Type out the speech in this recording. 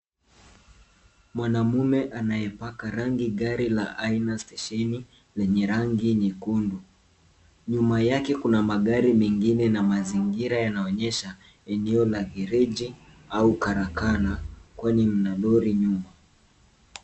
Mwanamume anayepaka rangi gari la aina Station lenye rangi nyekundu. Nyuma yake kuna magari mengine na mazingira yanaonyesha eneo la gereji au karakana kwani kuna lori nyuma.